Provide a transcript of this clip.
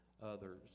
others